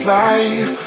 life